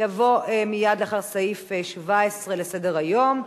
תבוא מייד לאחר סעיף 17 לסדר-היום,